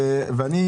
אם אנחנו